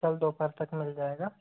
कल दोपहर तक मिल जाएगा